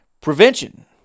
prevention